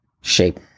shape